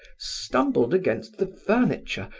stumbled against the furniture,